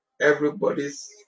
everybody's